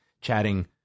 chatting